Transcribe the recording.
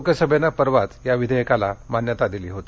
लोकसभेनं परवाच या विधेयकाला मान्यता दिली होती